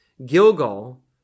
Gilgal